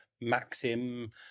Maxim